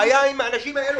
הבעיה היא עם האנשים האלו.